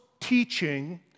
teaching